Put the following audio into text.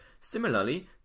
Similarly